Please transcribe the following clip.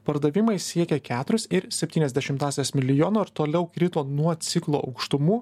pardavimai siekė keturis ir septyniasdešimtąsias milijono ir toliau krito nuo ciklo aukštumų